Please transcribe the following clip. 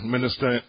Minister